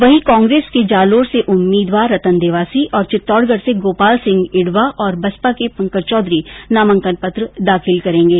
वहीं कांग्रेस के जालोर से उम्मीदवार रतन देवासी और चित्तौडगढ से गोपाल सिंह इडवा और बसपा के पंकज चौधरी नामांकन पत्र दाखिल करेंगे